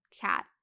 cat